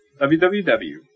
www